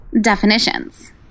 definitions